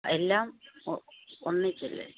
എല്ലാം ഒ ഒന്നിച്ചല്ലേ